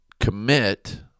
commit